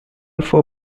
four